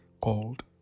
called